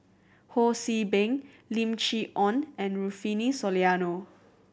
Ho See Beng Lim Chee Onn and Rufino Soliano